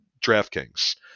DraftKings